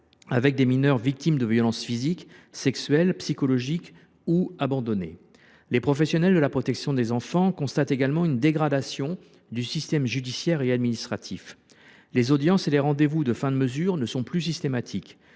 avec des mineurs victimes de violences physiques, sexuelles, psychologiques et qui ont été le plus souvent abandonnés. Les professionnels de la protection des enfants constatent également une dégradation du système judiciaire et administratif. Les audiences et les rendez vous de fin de mesure ne sont plus systématiques